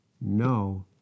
no